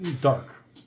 dark